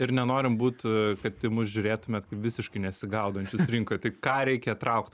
ir nenorim būt kad į mus žiūrėtumėt kaip visiškai nesigaudančius rinkoje tai ką reikia traukt